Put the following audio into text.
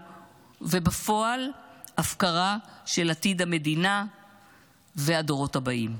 ובפועל הפקרה של עתיד המדינה והדורות הבאים.